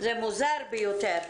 זה מוזר ביותר.